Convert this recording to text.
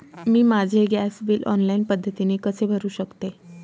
मी माझे gas bill online पद्धतीने कसे भरु शकते?